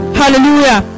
hallelujah